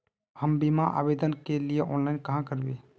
हम बीमा आवेदान के लिए ऑनलाइन कहाँ करबे?